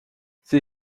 sie